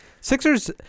Sixers